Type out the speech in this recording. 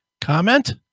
Comment